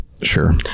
sure